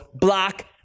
Block